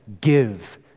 give